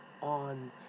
on